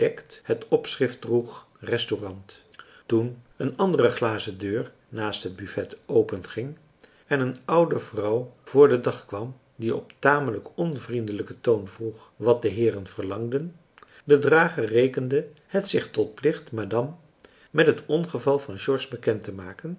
het opschrift droeg restaurant toen een andere glazen deur naast het buffet openging en een oude vrouw voor den dag kwam die op tamelijk onvriendelijken toon vroeg wat de heeren verlangden de drager rekende het zich tot plicht madame met het ongeval van george bekend te maken